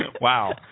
Wow